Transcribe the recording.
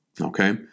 Okay